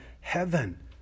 heaven